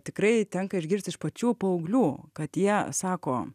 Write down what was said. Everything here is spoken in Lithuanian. tikrai tenka išgirst iš pačių paauglių kad jie sako